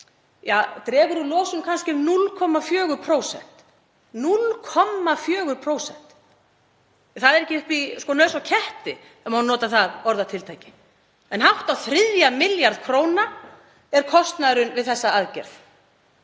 Ja, dregur úr losun um kannski 0,4%. Það er ekki upp í nös á ketti, ef má nota það orðatiltæki. En hátt á þriðja milljarð króna er kostnaðurinn við þessa aðgerð.